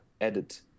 edit